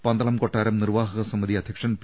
പന്തളം കൊട്ടാരം നിർവാഹക സമിതി അധ്യക്ഷൻ പി